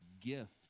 gift